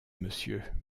monsieur